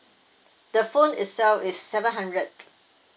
the phone itself is seven hundred